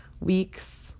weeks